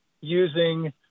using